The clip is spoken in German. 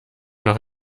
noch